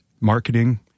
Marketing